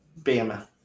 Bama